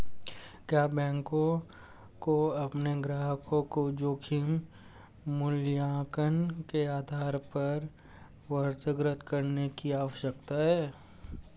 क्या बैंकों को अपने ग्राहकों को जोखिम मूल्यांकन के आधार पर वर्गीकृत करने की आवश्यकता है?